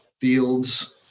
fields